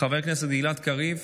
חבר הכנסת גלעד קריב,